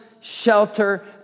shelter